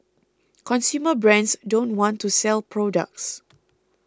consumer brands don't want to sell products